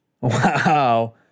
Wow